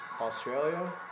Australia